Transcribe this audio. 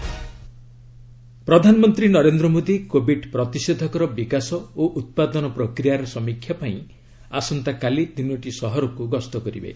PM Covid vaccine ପ୍ରଧାନମନ୍ତ୍ରୀ Narendra Modi Covid ପ୍ରତିଷେଧକର ବିକାଶ ଓ ଉତ୍ପାଦନ ପ୍ରକ୍ରିୟାର ସମୀକ୍ଷା ପାଇଁ ଆସନ୍ତାକାଲି ତିନୋଟି ସହରକୁ ଗସ୍ତ କରିବେ